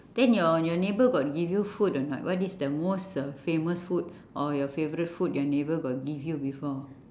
then your your neighbour got give you food or not what is the most uh famous food or your favourite food your neighbour got give you before